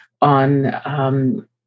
on